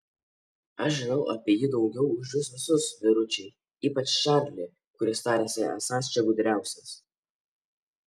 aš žinau apie jį daugiau už jus visus vyručiai ypač čarlį kuris tariasi esąs čia gudriausias